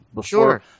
Sure